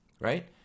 right